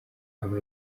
aba